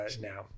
now